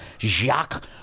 Jacques